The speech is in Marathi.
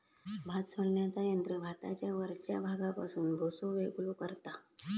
भात सोलण्याचा यंत्र भाताच्या वरच्या भागापासून भुसो वेगळो करता